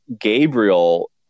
Gabriel